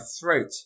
throat